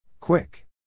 Quick